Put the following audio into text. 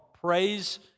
Praise